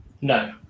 No